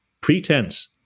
pretense